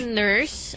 nurse